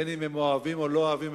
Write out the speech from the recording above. אם הם אוהבים או לא אוהבים,